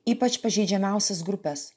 ypač pažeidžiamiausias grupes